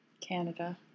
Canada